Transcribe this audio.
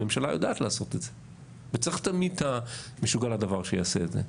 הממשלה יודעת לעשות את זה וצריך תמיד את המשוגע לדבר שיעשה את זה,